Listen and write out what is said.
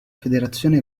federazione